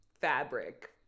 fabric